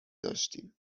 داشتیم